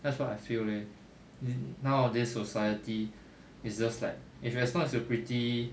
that's what I feel leh mm nowadays society it's just like if as long as you pretty